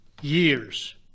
years